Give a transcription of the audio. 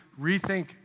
rethink